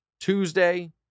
Tuesday